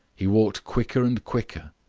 he walked quicker and quicker,